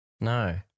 No